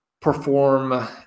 perform